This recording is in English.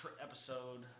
episode